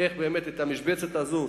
איך את המשבצת הזאת,